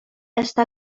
està